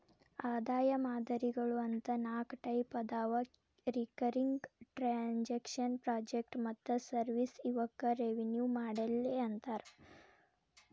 ಆದಾಯ ಮಾದರಿಗಳು ಅಂತ ನಾಕ್ ಟೈಪ್ ಅದಾವ ರಿಕರಿಂಗ್ ಟ್ರಾಂಜೆಕ್ಷನ್ ಪ್ರಾಜೆಕ್ಟ್ ಮತ್ತ ಸರ್ವಿಸ್ ಇವಕ್ಕ ರೆವೆನ್ಯೂ ಮಾಡೆಲ್ ಅಂತಾರ